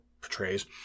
portrays